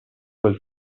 quel